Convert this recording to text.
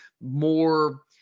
more